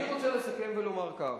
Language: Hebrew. אני רוצה לסכם ולומר כך: